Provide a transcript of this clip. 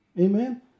Amen